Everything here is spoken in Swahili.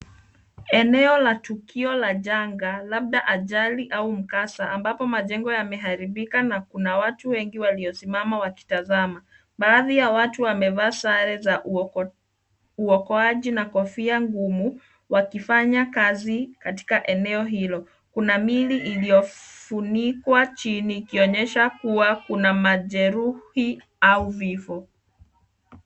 Eneo la tukio la janga labda ajali au mkasa ambapo majengo yameharibika na kuna watu watu wengi wamesimama wakitazama. Baadhi ya watu wamevaa sare za uokoaji na kofia ngumu, wakifanya kazi katika eneo hilo. Kuna miili iliyofunikwa chini ikionyesha kuwa kuna majeruhi au vifo.